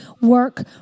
work